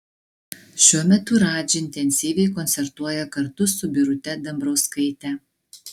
šiuo metu radži intensyviai koncertuoja kartu su birute dambrauskaite